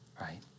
right